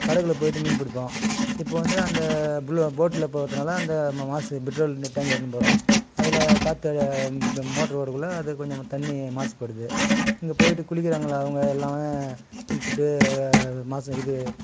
படகில் போய்ட்டு மீன் பிடிப்போம் இப்போ வந்து அந்த புல்லோ போட்ல போகிறத்துனால அந்த மாசு பெட்ரோல் இந்த டேங்க் எடுத்துன்னு போகிறோம் அதில் காற்று வழியாக இந்த மோட்ரு ஓடக்குள்ளே அது கொஞ்சம் தண்ணி மாசுப்படுது இங்கே போய்ட்டு குளிக்கிறாங்கள அவங்க எல்லாம் குளிச்சிட்டு மாசு இது